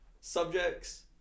subjects